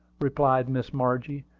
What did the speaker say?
replied miss margie,